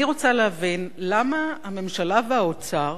אני רוצה להבין למה הממשלה והאוצר